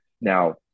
Now